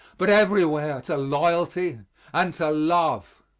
but everywhere to loyalty and to love.